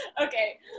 Okay